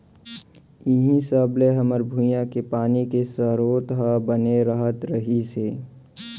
इहीं सब ले हमर भुंइया के पानी के सरोत ह बने रहत रहिस हे